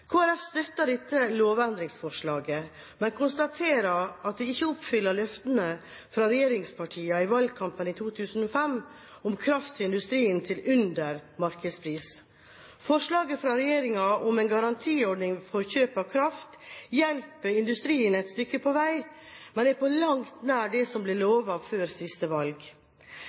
Folkeparti støtter dette lovendringsforslaget, men konstaterer at det ikke oppfyller løftene fra regjeringspartiene i valgkampen i 2005 om kraft til industrien til under markedspris. Forslaget fra regjeringen om en garantiordning for kjøp av kraft hjelper industrien et stykke på vei, men er på langt nær det som ble lovet før siste valg.